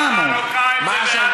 תשב, תשב.